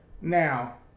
Now